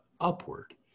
upward